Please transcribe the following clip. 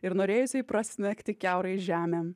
ir norėjusiai prasmegti kiaurai žemę